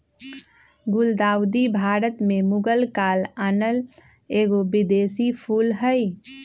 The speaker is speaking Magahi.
गुलदाऊदी भारत में मुगल काल आनल एगो विदेशी फूल हइ